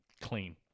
clean